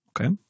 Okay